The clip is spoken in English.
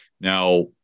Now